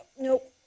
Nope